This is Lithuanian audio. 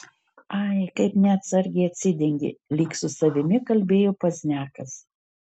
ai kaip neatsargiai atsidengė lyg su savimi kalbėjo pozniakas